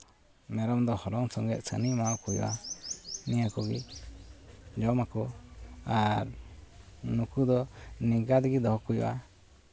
ᱢᱮᱨᱚᱢ ᱫᱚ ᱦᱚᱞᱚᱝ ᱥᱟᱛᱮᱜ ᱪᱷᱟᱹᱱᱤ ᱮᱢᱟᱣ ᱠᱚ ᱦᱩᱭᱩᱜᱼᱟ ᱱᱤᱭᱟᱹ ᱠᱚᱜᱮ ᱡᱚᱢ ᱟᱠᱚ ᱟᱨ ᱱᱩᱠᱩ ᱫᱚ ᱱᱤᱝᱠᱟ ᱛᱮᱜᱮ ᱫᱚᱦᱚ ᱠᱚ ᱦᱩᱭᱩᱜᱼᱟ